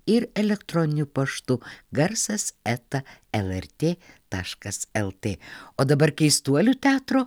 ir elektroniniu paštu garsas eta lrt taškas lt o dabar keistuolių teatro